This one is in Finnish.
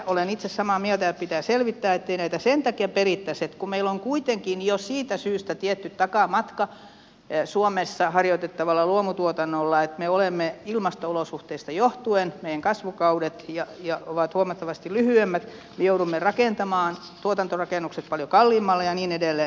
olen itse samaa mieltä että pitää selvittää ettei näitä perittäisi sen takia kun meillä on kuitenkin jo siitä syystä tietty takamatka suomessa harjoitettavalla luomutuotannolla että ilmasto olosuhteista johtuen meidän kasvukaudet ovat huomattavasti lyhyemmät me joudumme rakentamaan tuotantorakennukset paljon kalliimmalla ja niin edelleen